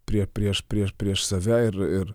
prieš save ir ir